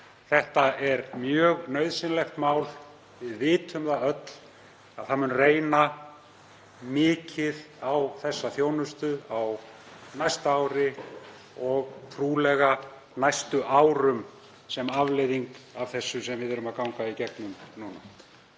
er mjög nauðsynlegt mál. Við vitum öll að það mun reyna mikið á þessa þjónustu á næsta ári og trúlega á næstu árum sem afleiðing af því sem við erum að ganga í gegnum núna.